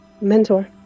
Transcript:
mentor